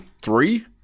Three